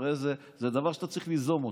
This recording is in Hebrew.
הרי זה דבר שאתה צריך ליזום.